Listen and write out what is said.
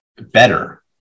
better